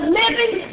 living